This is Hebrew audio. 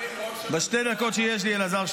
--- כמה דברים ראש הממשלה אמר --- אלעזר,